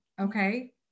okay